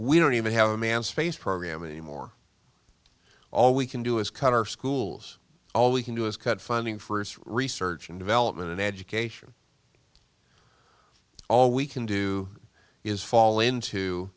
we don't even have a manned space program anymore all we can do is cut our schools all we can do is cut funding for its research and development in education all we can do is fall into